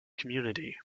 community